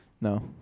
No